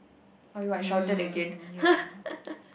oh I shouted again